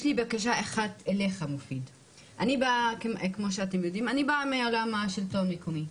אני באה מעולם השלטון המקומי,